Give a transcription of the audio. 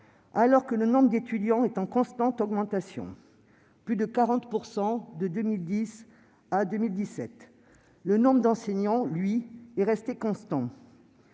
Alors que le nombre d'étudiants est en constante d'augmentation, de 14 % entre 2010 et 2017, le nombre d'enseignants, lui, est resté constant.